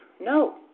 No